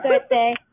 birthday